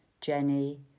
Jenny